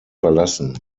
verlassen